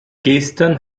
gestern